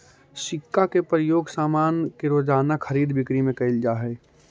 सिक्का के प्रयोग सामान के रोज़ाना खरीद बिक्री में कैल जा हई